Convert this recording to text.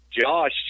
josh